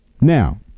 now